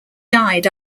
died